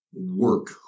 Work